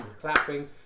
clapping